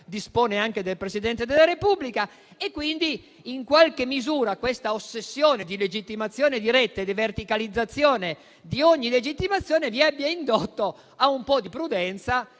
dispone anche del Presidente della Repubblica. Quindi, in qualche misura, si può ipotizzare che questa ossessione di legittimazione diretta e di verticalizzazione di ogni legittimazione vi abbia indotto a un po' di prudenza